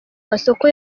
masoko